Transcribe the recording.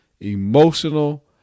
emotional